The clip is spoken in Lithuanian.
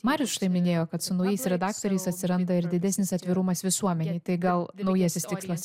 marius štai minėjo kad su naujais redaktoriais atsiranda ir didesnis atvirumas visuomenei tai gal naujasis tikslas